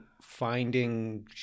finding